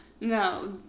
no